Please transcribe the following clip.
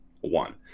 one